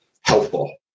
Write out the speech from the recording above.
helpful